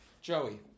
Joey